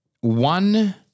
One